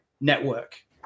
network